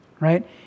Right